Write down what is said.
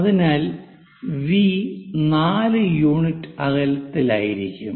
അതിനാൽ V 4 unit അകലത്തിലായിരിക്കും